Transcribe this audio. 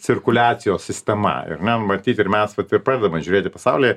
cirkuliacijos sistema ir ne matyt ir mes vat ir pradedama žiūrėti pasaulyje